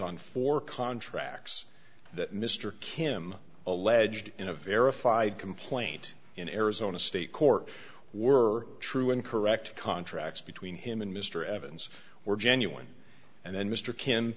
on four contracts that mr kim alleged in a verified complaint in arizona state court were true and correct contracts between him and mr evans were genuine and then mr